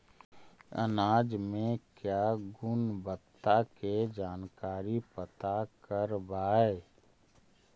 अनाज मे क्या गुणवत्ता के जानकारी पता करबाय?